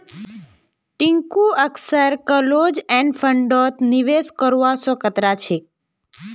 टिंकू अक्सर close end फंडत निवेश करवा स कतरा छेक